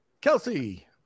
Kelsey